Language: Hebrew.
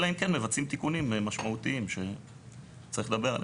אלא אם כן מבצעים תיקונים משמעותיים שצריך לדבר עליהם.